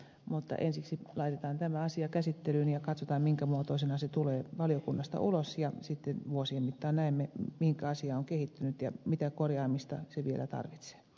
mutta laitetaan ensiksi tämä asia käsittelyyn ja katsotaan minkä muotoisena se tulee valiokunnasta ulos ja sitten vuosien mittaan näemme mihin asia on kehittynyt ja mitä korjaamista se vielä tarvitsee